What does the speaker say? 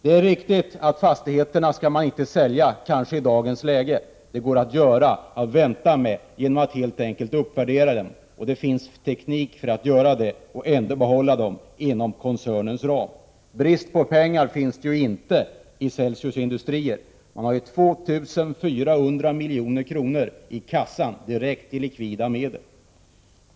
Det är riktigt att man kanske inte skall sälja fastigheterna i dagens läge. Det går att vänta med detta genom att helt enkelt uppvärdera dem — det finns teknik för detta — och behålla dem inom koncernen. Brist på pengar finns det inte i Celsius Industrier — man har 2 400 milj.kr. i kassan i likvida medel.